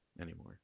anymore